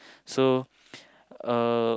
so uh